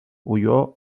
huyó